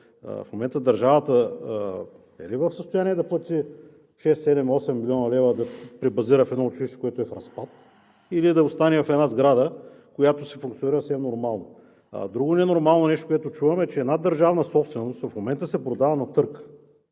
В момента държавата в състояние ли е да плати 6, 7, 8 млн. лв. и да пребазира едно училище, което е в разпад, или да остане в една сграда, която функционира съвсем нормално? Друго ненормално нещо, което чувам, е, че една държавна собственост в момента се продава на търг